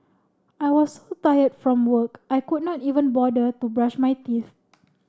I was so tired from work I could not even bother to brush my teeth